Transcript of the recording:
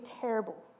terrible